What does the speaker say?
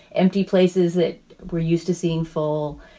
empty places that we're used to seeing full.